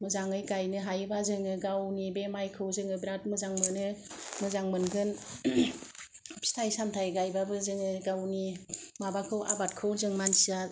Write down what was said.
मोजाङै गायनो हायोबा जोङो गावनि बे माइखौ जोङो बिराद मोजां मोनो मोजां मोनगोन फिथाइ सामथाइ गायबाबो जोङो गावनि माबाखौ आबादखौ जों मानसिया